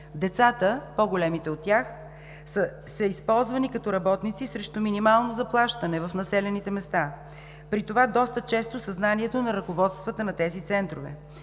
занижен. По-големите деца са използвани като работници срещу минимално заплащане в населените места, при това доста често със знанието на ръководствата на тези центрове.